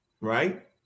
right